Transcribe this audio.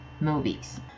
movies